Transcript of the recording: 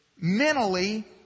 mentally